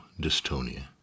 dystonia